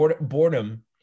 Boredom